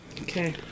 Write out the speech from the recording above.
Okay